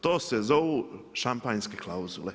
To se zovu šampanjske klauzule.